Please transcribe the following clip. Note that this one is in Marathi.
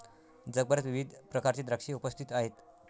जगभरात विविध प्रकारचे द्राक्षे उपस्थित आहेत